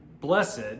Blessed